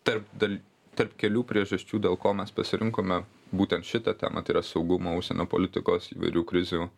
tarp dal tarp kelių priežasčių dėl ko mes pasirinkome būtent šitą temą tai yra saugumo užsienio politikos įvairių krizių